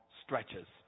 stretches